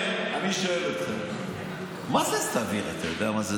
אני לא מכיר איש כזה שעשה נזק יותר ממנו למדינה אחת בעולם.